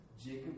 Jacob